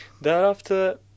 Thereafter